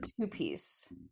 two-piece